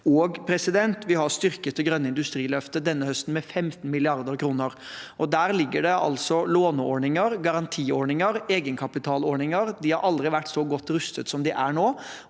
i juni. Og vi har styrket det grønne industriløftet denne høsten med 15 mrd. kr. Der ligger det altså låneordninger, garantiordninger og egenkapitalordninger. De har aldri vært så godt rustet som de er nå,